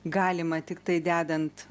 galima tiktai dedant